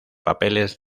papeles